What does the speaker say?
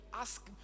ask